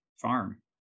farm